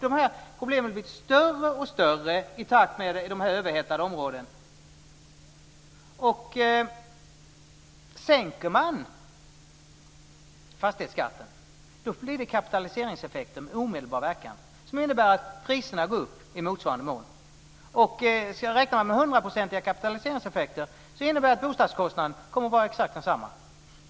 Det har också blivit större i takt med överhettningen i de här områdena. Sänker man fastighetsskatten får det omedelbart kapitaliseringseffekter som innebär att priserna går upp i motsvarande mån. Med hundraprocentiga kapitaliseringseffekter blir bostadskostnaden exakt densamma.